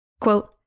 Quote